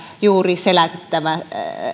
juuri selättämässä